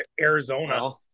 Arizona